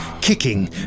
kicking